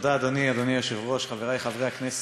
אדוני היושב-ראש, תודה, חברי חברי הכנסת,